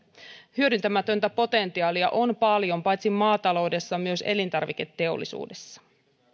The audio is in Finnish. hyödyntämätöntä potentiaalia on paljon paitsi maataloudessa myös elintarviketeollisuudessa